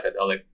psychedelic